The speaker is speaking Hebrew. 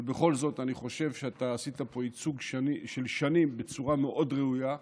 אבל בכל זאת אני חושב שעשית פה ייצוג של שנים בצורה מאוד ראויה.